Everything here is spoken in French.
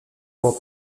pour